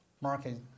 market